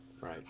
right